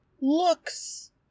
looks